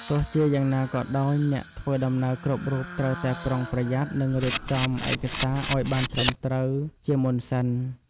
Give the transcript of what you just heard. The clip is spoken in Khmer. ទោះជាយ៉ាងណាក៏ដោយ អ្នកធ្វើដំណើរគ្រប់រូបត្រូវតែប្រុងប្រយ័ត្ននិងរៀបចំឯកសារឱ្យបានត្រឹមត្រូវជាមុនសិន។